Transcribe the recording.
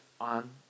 on